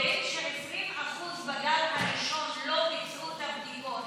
שיודעים ש-20% בגל הראשון לא ביצעו את הבדיקות,